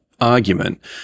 argument